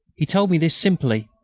he told me this simply,